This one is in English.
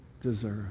deserve